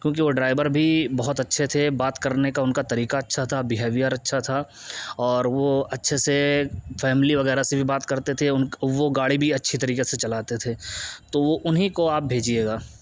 کیوںکہ وہ ڈرائیبر بھی بہت اچھے تھے بات کرنے کا ان کا طریقہ اچھا تھا بہیویئر اچھا تھا اور وہ اچھے سے فیملی وغیرہ سے بھی بات کرتے تھے وہ گاڑی بھی اچھی طریقے سے چلاتے تھے تو وہ انہیں کو آپ بھیجیے گا